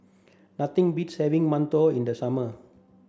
nothing beats having Mantou in the summer